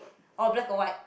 or black or white